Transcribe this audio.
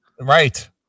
Right